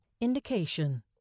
Indication